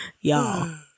y'all